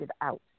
out